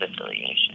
affiliation